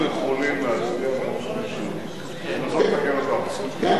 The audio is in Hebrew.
אנחנו יכולים להצביע ונוכל לתקן אותה אחר כך, כן.